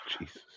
Jesus